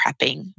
prepping